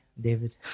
David